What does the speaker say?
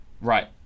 Right